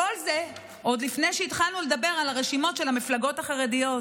כל זה עוד לפני שהתחלנו לדבר על הרשימות של המפלגות החרדיות,